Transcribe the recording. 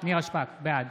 בעד